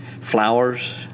Flowers